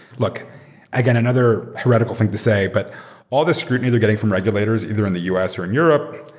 look again, another radical thing to say, but all the scrutiny they're getting from regulators either in the u s. or in europe,